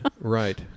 right